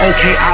Okay